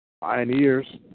Pioneers